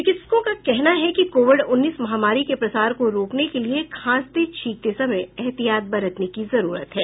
चिकित्सकों का कहना है कि कोविड उन्नीस महामारी के प्रसार को रोकने के लिए खांसते छिकते समय एहतियात बरतने की जरूरत है